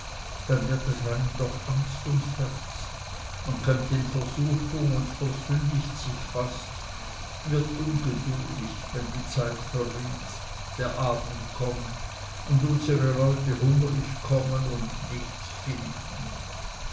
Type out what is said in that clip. dann wird es einem doch angst ums herz man kömmt in versuchung und versündigt sich fast wird ungeduldig wenn die zeit verrinnt der abend kommt und unsre leute hungrig kommen und nichts finden